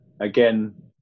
Again